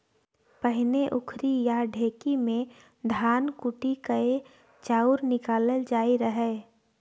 पहिने उखरि या ढेकी मे धान कुटि कए चाउर निकालल जाइ रहय